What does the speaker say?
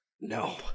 No